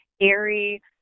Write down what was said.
airy